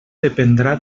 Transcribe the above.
dependrà